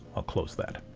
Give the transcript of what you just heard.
i'll close that.